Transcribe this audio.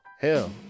Hell